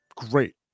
great